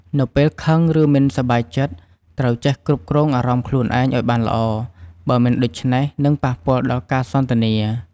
នៅពេលខឹងឬមិនសប្បាយចិត្តត្រូវចេះគ្រប់គ្រងអារម្មណ៍ខ្លួនឯងឲ្យបានល្អ បើមិនដូច្នេះនឹងប៉ះពាល់ដល់ការសន្ទនា។